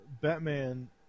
Batman